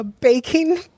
baking